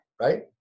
right